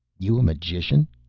you a magician?